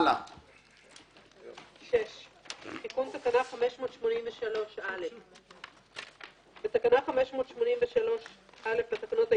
6. תיקון תקנה 583א. בתקנה 583א לתקנות העיקריות,